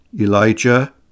Elijah